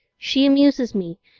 she amuses me,